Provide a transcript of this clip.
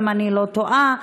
אם אני לא טועה.